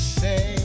say